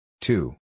Two